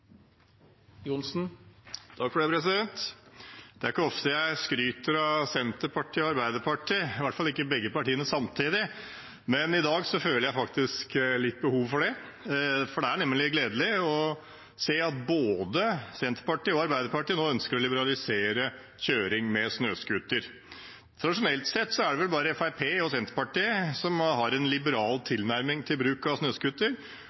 ikke ofte jeg skryter av Senterpartiet og Arbeiderpartiet, i hvert fall ikke begge partiene samtidig, men i dag føler jeg faktisk litt behov for det. Det er nemlig gledelig å se at både Senterpartiet og Arbeiderpartiet nå ønsker å liberalisere kjøring med snøscooter. Tradisjonelt sett er det vel bare Fremskrittspartiet og Senterpartiet som har en liberal tilnærming til bruk av